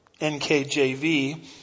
NKJV